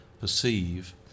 perceive